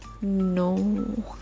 no